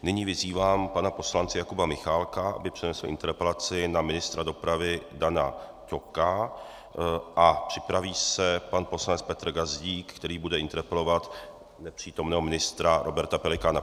Nyní vyzývám pana poslance Jakuba Michálka, aby přednesl interpelaci na ministra dopravy Dana Ťoka, a připraví se pan poslanec Petr Gazdík, který bude interpelovat nepřítomného ministra Roberta Pelikána.